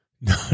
No